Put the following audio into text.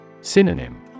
Synonym